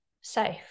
safe